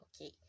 okay